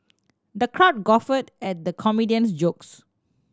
the crowd guffawed at the comedian's jokes